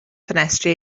ffenestri